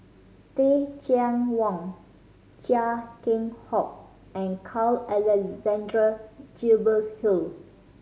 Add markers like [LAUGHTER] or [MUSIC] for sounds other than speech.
Teh Cheang Wan Chia Keng Hock and Carl Alexander [UNINTELLIGIBLE] Hill